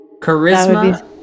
charisma